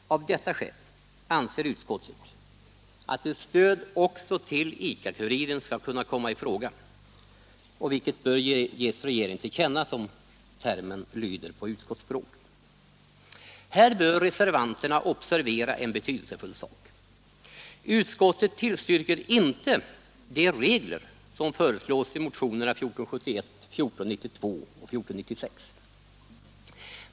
Av detta skäl anser utskottet att ett stöd också till ICA-Kuriren skall kunna komma i fråga, vilket bör ges regeringen till känna, som termen lyder på utskottsspråk. Här bör reservanterna observera en betydelsefull sak. Utskottet tillstyrker inte de regler som föreslås i motionerna 1471, 1492 och 1496.